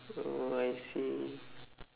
oh I see